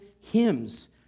hymns